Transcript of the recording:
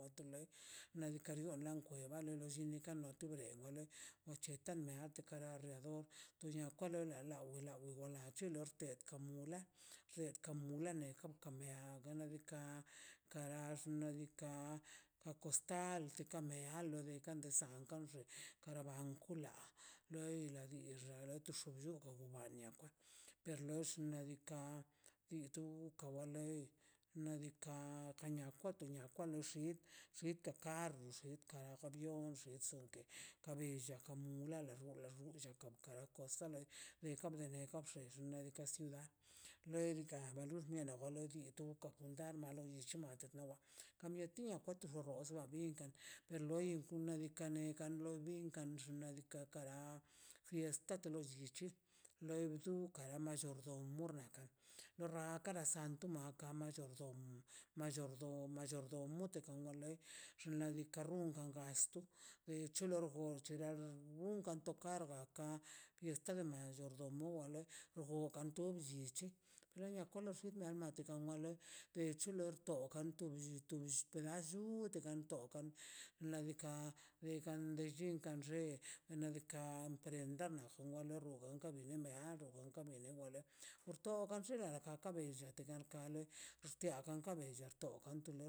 Tu lei na dika rion la wkwenba lo llini kan no tu bre mole war cheta naa te kara riado to nia kwa lo lawi lawi archi wa lorte ka mula red kamula kam kambia one ga kia kara xnaꞌ diikaꞌ acostar tilka mea lo de kanto sal kan xe kara bankula loi diila tu bxuu llu oba lianiaka per lox niadika itu kawa lei nadikaꞌ kania joto nia xid xitdoka bur xidkaꞌ wa lion xi son ke ka bi lloka mu- mula- la xgullan kam kam o la kosa lei deka ne bdeka ne xe xnaꞌ diikaꞌ sila nadika wa xu nela tu kunfundar nalie is chumate nawa ka mieti a kwa ti arroz nabikan pero loi xnaꞌ diikaꞌ kara fiesta to lo llichi loi ditu kamara llo rdon mognan lo rraka kara sanka tu mankan to tdo tdodon dom mayordomo diikaꞌ wan lei xnaꞌ diikaꞌ rrun uga gasto be choro gorchera unkan to kar gaka fiesta de moyordomo o a le xgogan tozi ichi kolor lliti malei ter chigo lord itull peallu tegan to ladika began de chingan re nadika entrendano wolo rogan ka bin meado wonkan lale wale orto gan llunla naꞌ ka bi llaton al kal pues tiagan tortogan an to lei.